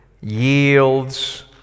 yields